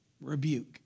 rebuke